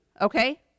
okay